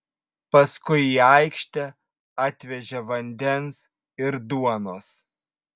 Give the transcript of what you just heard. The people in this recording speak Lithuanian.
paskui į aikštę atvežė vandens ir duonos